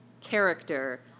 character